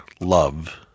love